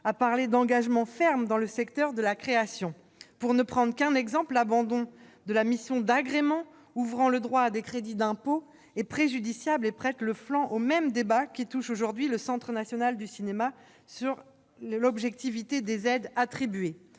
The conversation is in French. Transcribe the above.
à parler d'engagement ferme dans le secteur de la création. Pour ne prendre qu'un exemple, l'abandon de la mission d'agrément, ouvrant droit à des crédits d'impôt, est préjudiciable et prête le flanc aux mêmes débats sur l'objectivité des aides attribuées